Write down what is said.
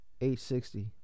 860